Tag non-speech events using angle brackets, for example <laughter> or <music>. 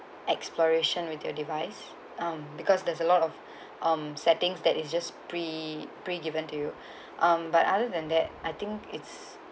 exploration with your device um because there's a lot of <breath> um settings that it's just pre pre given to you <breath> um but other than that I think it's